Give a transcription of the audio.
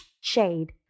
shade